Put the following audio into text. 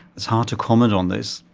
it's hard to comment on this.